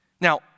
Now